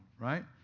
right